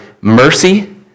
mercy